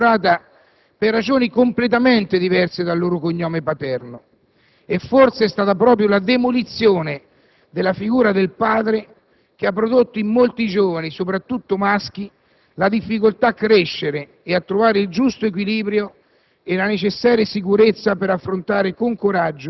diverso. La crisi di identità dei nostri giovani è maturata per ragioni completamente diverse dal loro cognome paterno. Forse, proprio la demolizione della figura del padre ha prodotto in molti giovani, soprattutto maschi, la difficoltà a crescere, a trovare il giusto equilibrio